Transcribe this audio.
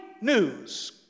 news